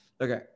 Okay